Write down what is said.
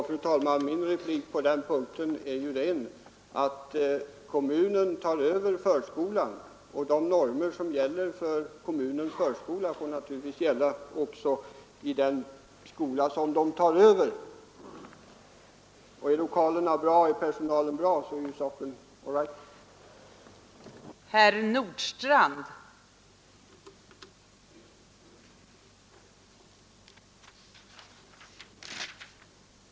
Fru talman! Min replik på den här punkten är att kommunen tar över förskolan, och de normer som gäller för kommunens förskola får naturligtvis gälla också för den skola som kommunen tar över. Är lokalerna och personalen bra, så är saken all right.